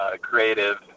creative